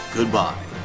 Goodbye